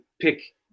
pick